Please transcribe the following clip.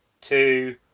two